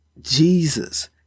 Jesus